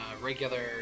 regular